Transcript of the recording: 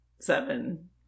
seven